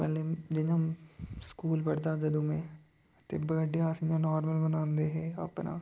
पैह्ले जियां स्कूल पढ़दे हा जदूं में ते वडे अस इ'यां नार्मल बनांदे हे अपना